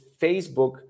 Facebook